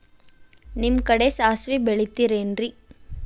ನಿಮ್ಮ ಕಡೆ ಸಾಸ್ವಿ ಬೆಳಿತಿರೆನ್ರಿ?